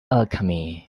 alchemy